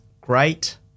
great